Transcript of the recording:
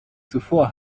zuvor